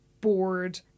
bored